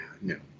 No